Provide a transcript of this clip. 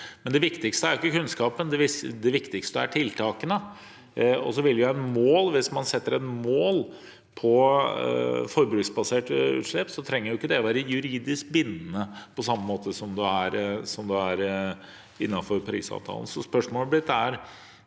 Det viktigste er jo ikke kunnskapen, det viktigste er tiltakene. Hvis man setter et mål på forbruksbaserte utslipp, trenger jo ikke det å være juridisk bindende på samme måte som det er innenfor Parisavtalen.